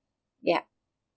yup